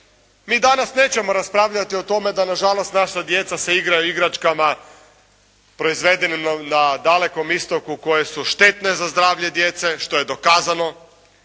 Mi danas nećemo raspravljati o tome da nažalost naša djeca se igraju igračkama proizvedenim na Dalekom istoku koje su štetne za zdravlje djece što je dokazano.